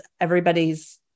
everybody's